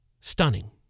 stunning